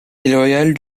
déloyale